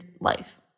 life